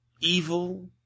evil